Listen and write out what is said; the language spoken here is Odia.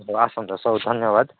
ଆପଣ ଆସନ୍ତୁ ସବୁ ଧନ୍ୟବାଦ